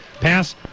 Pass